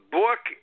book